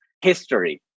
history